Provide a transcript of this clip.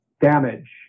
damage